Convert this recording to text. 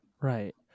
Right